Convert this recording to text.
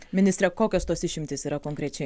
ministre kokios tos išimtys yra konkrečiai